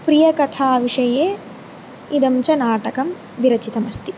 प्रियकथाविषये इदं च नाटकं विरचितमस्ति